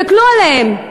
תסתכלו עליהם.